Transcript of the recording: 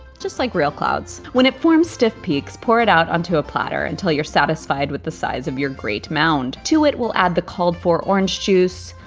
just like real clouds. when it forms stiff peaks, pour it out onto a platter until you're satisfied with the size of your great mound. to it we'll add the called for orange juice,